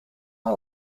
not